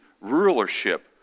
rulership